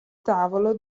tavolo